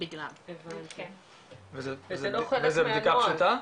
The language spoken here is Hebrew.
וזה בדיקה פשוטה?